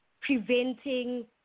preventing